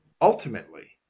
ultimately